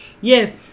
yes